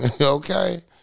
Okay